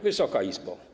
Wysoka Izbo!